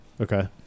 Okay